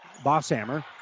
Bosshammer